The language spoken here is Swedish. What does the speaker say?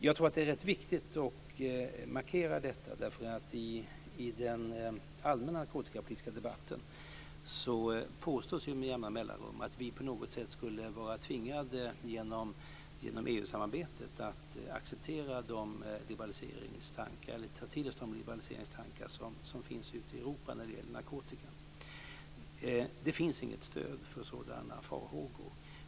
Jag tror att det är rätt viktigt att markera detta, därför att i den allmänna narkotikapolitiska debatten påstås det med jämna mellanrum att vi genom EU samarbetet skulle vara tvingade att ta till oss de liberaliseringstankar som finns ute i Europa när det gäller narkotika. Det finns inget stöd för sådana farhågor.